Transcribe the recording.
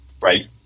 right